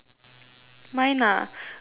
mine ah cause mine